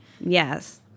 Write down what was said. Yes